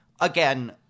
Again